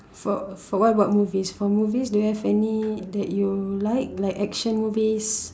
for for what about movies for movies do you have any that you like like action movies